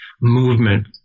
movement